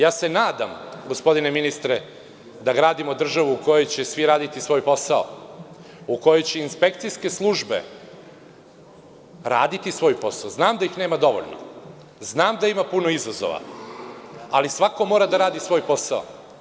Nadam se, gospodine ministre da gradimo državu u kojoj će svi raditi svoj posao, gde će inspekcijske službe raditi svoj posao, znam da ih nema dovoljno, a takođe znam da ima puno izazova, ali svako mora da radi svoj posao.